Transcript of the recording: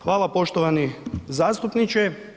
Hvala, poštovani zastupniče.